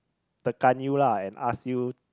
tekan you lah and ask you